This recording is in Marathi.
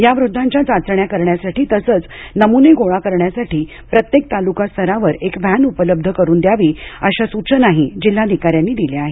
या वृद्धांच्या चाचण्या करण्यासाठी तसच नमुने गोळा करण्यासाठी प्रत्येक तालुकास्तरावर एका व्हॅन उपलब्ध करून द्यावी अशा सूचनाही जिल्हाधिकाऱ्यांनी दिल्या आहेत